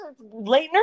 Leitner